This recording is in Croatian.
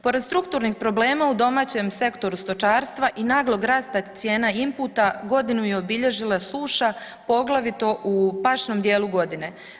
Pored strukturnih problema u domaćem sektoru stočarstva i naglog rasta cijena inputa, godinu je obilježila suša, poglavito u pašnom djelu godine.